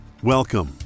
Welcome